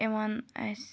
یِوان اَسہِ